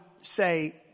say